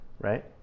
right